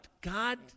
God